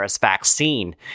Vaccine